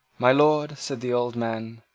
my lord, said the old man,